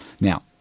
Now